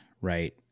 right